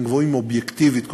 גבוהים אובייקטיבית,